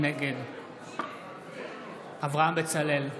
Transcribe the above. נגד אברהם בצלאל,